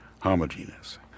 homogeneous